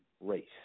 race